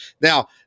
Now